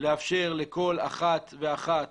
לאפשר לכל אחת ואחת